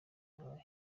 burayi